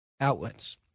outlets